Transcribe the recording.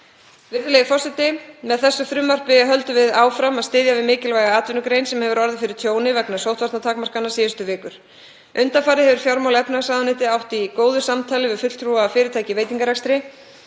Virðulegi forseti. Með þessu frumvarpi höldum við áfram að styðja við mikilvæga atvinnugrein sem orðið hefur fyrir tjóni vegna sóttvarnatakmarkana síðustu vikur. Undanfarið hefur fjármála- og efnahagsráðuneytið átt í góðu samtali við fulltrúa fyrirtækja í veitingarekstri